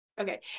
okay